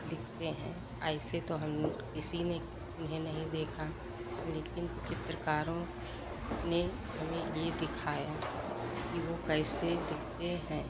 दिखते हैं ऐसे तो हम किसी ने उन्हें नहीं देखा लेकिन चित्रकारों ने हमें यह दिखाया कि वह कैसे दिखते हैं